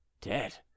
Dead